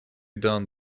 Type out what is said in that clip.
done